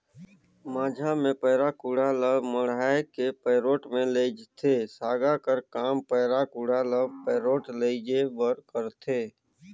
माझा मे पैरा कुढ़ा ल मढ़ाए के पैरोठ मे लेइजथे, सागा कर काम पैरा कुढ़ा ल पैरोठ लेइजे बर करथे